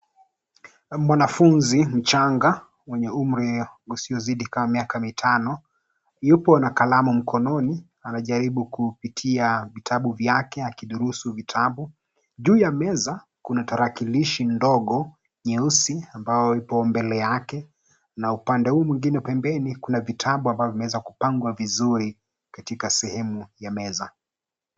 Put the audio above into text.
Mwanafunzi mchanga mwenye umri usiozidi kama miaka mitano, yupo na kalamu mkononi anajaribu kupitia vitabu vyake akidurusu vitabu. Juu ya meza kuna tarakilishi ndogo nyeusi ambayo ipo mbele yake na upande huu mwingine pembeni kuna vitabu ambavyo vimeweza kupangwa vizuri katika sehemu ya meza.